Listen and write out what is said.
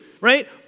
right